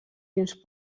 fins